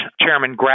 Chairman